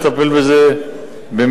ולטפל בזה במהירות.